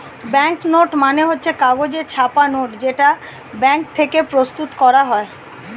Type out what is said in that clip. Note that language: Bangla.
ব্যাংক নোট মানে হচ্ছে কাগজে ছাপা নোট যেটা ব্যাঙ্ক থেকে প্রস্তুত করা হয়